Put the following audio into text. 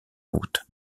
route